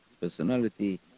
personality